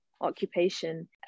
occupation